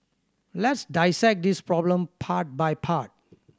let's dissect this problem part by part